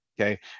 okay